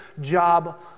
job